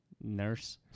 nurse